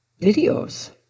videos